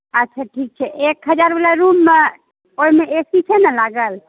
अच्छा ठीक छै एक हजारवला रूममे ओहिमे ए सी छै ने लागल